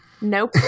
Nope